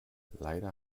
leider